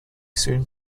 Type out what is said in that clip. soon